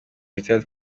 rtd